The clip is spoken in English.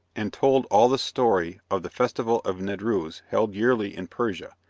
and told all the story of the festival of nedrouz held yearly in persia,